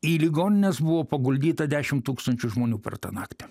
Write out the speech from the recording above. į ligonines buvo paguldyta dešimt tūkstančių žmonių per tą naktį